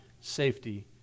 safety